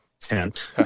tent